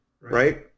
right